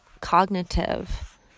cognitive